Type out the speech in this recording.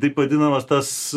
taip vadinamas tas